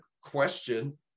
question